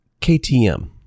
KTM